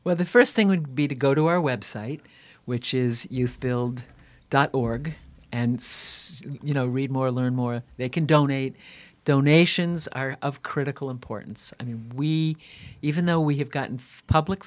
well the st thing would be to go to our website which is youth build dot org and you know read more learn more they can donate donations are of critical importance i mean we even though we have gotten public